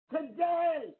Today